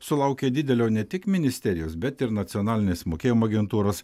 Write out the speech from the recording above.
sulaukė didelio ne tik ministerijos bet ir nacionalinės mokėjimo agentūros